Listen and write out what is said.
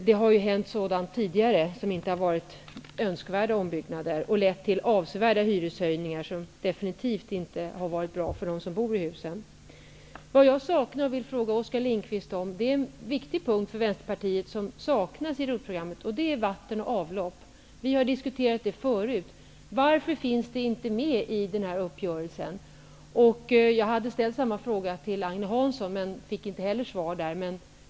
Det har tidigare hänt att det har gjorts ombyggnader som inte varit nödvändiga, som lett till avsevärda hyreshöjningar och som definitivt inte varit bra för dem som bor i husen. Vad jag saknar i ROT-programmet och som jag vill att Oskar Lindkvist kommenterar är frågan om vatten och avlopp. Vi har diskuterat det förut, och det är viktigt för Vänsterpartiet. Varför finns inte detta med i den här uppgörelsen? Jag ställde samma fråga till Agne Hansson men fick inte något svar.